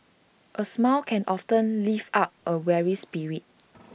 A smile can often lift up A weary spirit